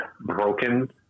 broken